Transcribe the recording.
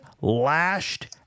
lashed